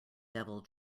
devil